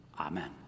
Amen